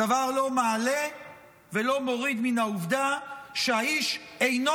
הדבר לא מעלה ולא מוריד מן העובדה שהאיש אינו